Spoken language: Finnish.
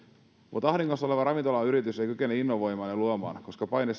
asia ahdingossa oleva ravintolayritys ei kykene innovoimaan ja luomaan koska paine